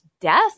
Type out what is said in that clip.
death